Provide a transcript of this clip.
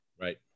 Right